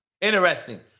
Interesting